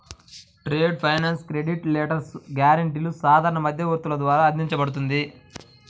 trade finance credit letters, గ్యారెంటీలు సాధారణ మధ్యవర్తుల ద్వారా అందించబడుతుంది